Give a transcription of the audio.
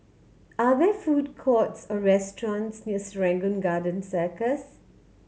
are there food courts or restaurants near Serangoon Garden Circus